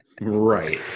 right